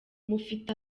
mufite